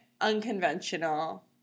unconventional